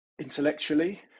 intellectually